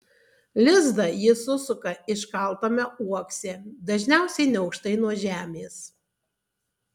lizdą ji susisuka iškaltame uokse dažniausiai neaukštai nuo žemės